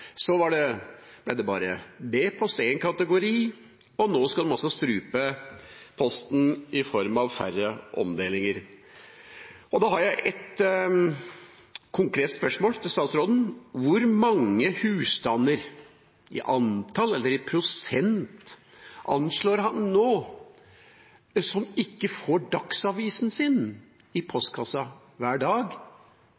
så frakt, pakker, så ble det bare B-post, én kategori, og nå skal de også strupe posten i form av færre omdelinger. Jeg har ett konkret spørsmål til statsråden: Hvor mange husstander, i antall eller i prosent, anslår han det er som nå ikke får dagsavisen sin i